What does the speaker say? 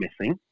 missing